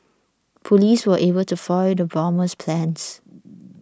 police were able to foil the bomber's plans